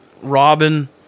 Robin